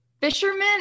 fishermen